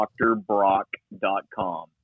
drbrock.com